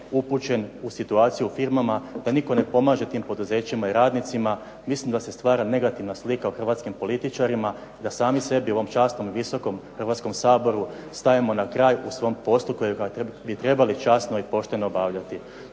upućen u situaciju u firmama, da nitko ne pomaže tim poduzećima i radnicima. Mislim da se stvara negativna slika o hrvatskim političarima, da smi sebi u ovom časnom i Visokom Hrvatskom saboru stajemo na kraj u svom poslu kojega bi trebali časno i pošteno obavljati.